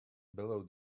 below